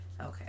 Okay